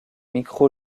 micro